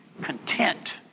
content